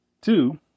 Two